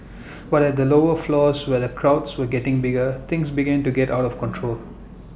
but at the lower floors where the crowds were getting bigger things began to get out of control